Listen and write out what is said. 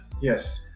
Yes